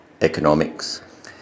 Economics